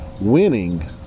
winning